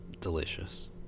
Delicious